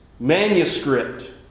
manuscript